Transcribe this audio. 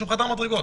יישנו בחדר המדרגות.